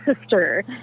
sister